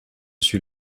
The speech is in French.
suis